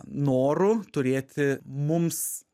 noru turėti mums